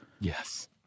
Yes